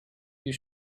you